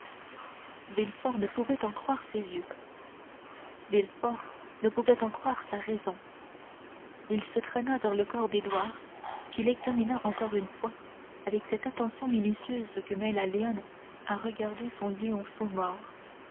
ne pouvait en croire ses yeux villefort ne pouvait en croire sa raison il se traîna vers le corps d'édouard qu'il examina encore une fois avec cette attention minutieuse que met la lionne à regarder son lionceau mort